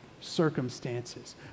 circumstances